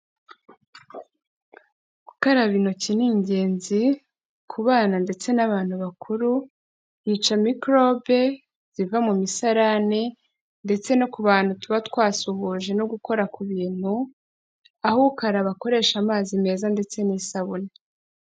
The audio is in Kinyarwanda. Gukaraba intoki ni ingenzi, ku bana ndetse n'abantu bakuru, byica mikorobe ziva mu misarane ndetse no ku bantu tuba twasuhuje no gukora ku bintu, aho ukaraba akoresha amazi meza ndetse n'isabune.